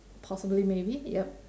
possibly maybe yup